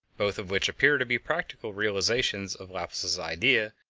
both of which appear to be practical realizations of laplace's idea,